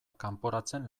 kanporatzen